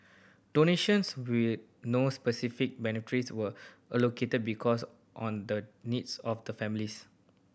donations with no specific beneficiaries were allocated because on the needs of the families